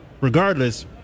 Regardless